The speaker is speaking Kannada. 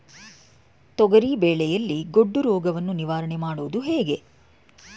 ತೊಗರಿ ಬೆಳೆಯಲ್ಲಿ ಗೊಡ್ಡು ರೋಗವನ್ನು ನಿವಾರಣೆ ಮಾಡುವುದು ಹೇಗೆ?